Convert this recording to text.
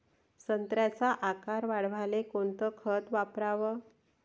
संत्र्याचा आकार वाढवाले कोणतं खत वापराव?